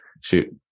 shoot